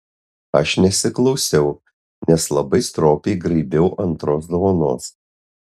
aš nesiklausiau nes labai stropiai graibiau antros dovanos